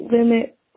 limit